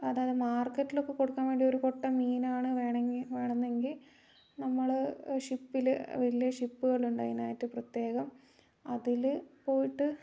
അതായത് മാർക്കറ്റിലൊക്കെ കൊടുക്കാൻ വേണ്ടി ഒരു കൊട്ട മീനാണ് വേണമെങ്കിൽ വേണം എന്നെങ്കിൽ നമ്മൾ ഷിപ്പിൽ വലിയ ഷിപ്പുകൾ ഉണ്ട് അതിനായിട്ട് പ്രത്യേകം അതിൽ പോയിട്ട്